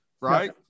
Right